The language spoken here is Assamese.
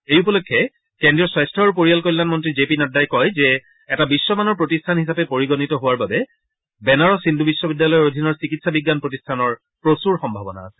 এই উপলক্ষে কেন্দ্ৰীয় স্বাস্থ্য আৰু পৰিয়াল কল্যাণ মন্ত্ৰী জে পি নাড্ডাই কয় যে এটা বিশ্বমানৰ প্ৰতিষ্ঠান হিচাপে পৰিগণিত হোৱাৰ বাবে বেনাৰস হিন্দু বিখবিদ্যালয়ৰ অধীনৰ চিকিৎসা বিজ্ঞান প্ৰতিষ্ঠানৰ প্ৰচুৰ সম্ভাৱনা আছে